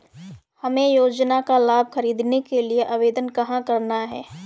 हमें योजना का लाभ ख़रीदने के लिए आवेदन कहाँ करना है?